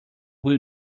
will